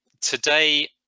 Today